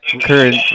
current